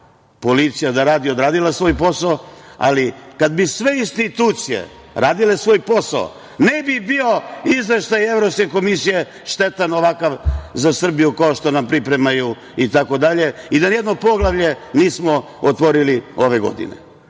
Policija je odradila svoj posao, ali kad bi sve institucije radile svoj posao, ne bi bio izveštaj Evropske komisije štetan ovakav za Srbiju, kao što nam pripremaju itd, i da ni jedno poglavlje nismo otvorili ove godine. Ne